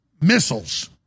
missiles